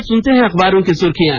अब सुनते हैं अखबारों की सुर्खियां